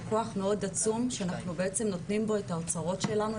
זה כוח מאוד עצום שאנחנו בעצם נותנים בו את האוצרות שלנו,